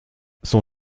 son